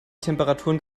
temperaturen